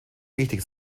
wichtig